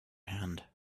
hand